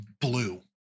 blue